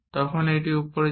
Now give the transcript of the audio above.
তখন এটি উপরে যায়